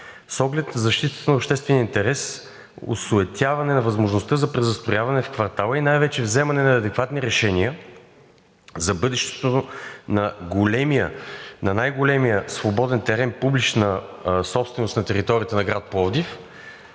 с оглед защитата на обществения интерес, осуетяване на възможността за презастрояване в квартала и най-вече вземане на адекватно решение за бъдещето на най-големия свободен терен публична собственост на територията на град Пловдив,